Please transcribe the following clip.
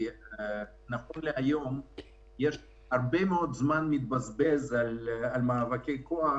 נכון להיום הרבה מאוד זמן מתבזבז על מאבקי כוח